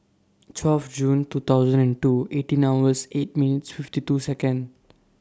twelve June two thousand and two eighteen hours eight minutes fifty two Second